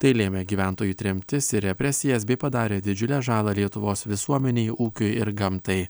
tai lėmė gyventojų tremtis ir represijas bei padarė didžiulę žalą lietuvos visuomenei ūkiui ir gamtai